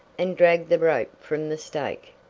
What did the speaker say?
and dragged the rope from the stake.